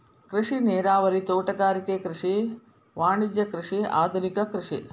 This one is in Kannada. ಕೃಷಿ ನೇರಾವರಿ, ತೋಟಗಾರಿಕೆ ಕೃಷಿ, ವಾಣಿಜ್ಯ ಕೃಷಿ, ಆದುನಿಕ ಕೃಷಿ